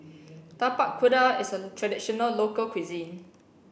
Tapak Kuda is a traditional local cuisine